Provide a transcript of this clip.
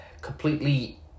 completely